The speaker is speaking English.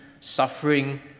suffering